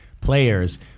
players